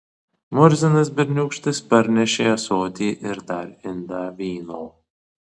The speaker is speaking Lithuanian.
murzinas berniūkštis parnešė ąsotį ir dar indą vyno